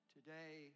Today